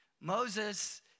Moses